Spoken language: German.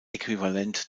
äquivalent